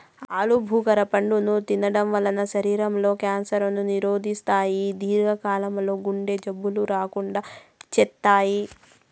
ఆలు భుఖర పండును తినడం వల్ల శరీరం లో క్యాన్సర్ ను నిరోధిస్తాయి, దీర్ఘ కాలం లో గుండె జబ్బులు రాకుండా చేత్తాయి